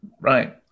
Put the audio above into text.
right